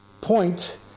point